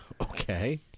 Okay